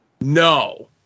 No